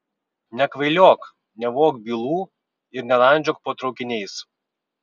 nekvailiok nevok bylų ir nelandžiok po traukiniais